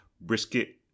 brisket